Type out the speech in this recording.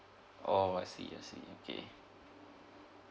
oh I see I see okay